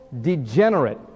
degenerate